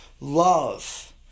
love